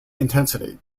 intensity